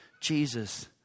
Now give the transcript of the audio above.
Jesus